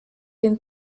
den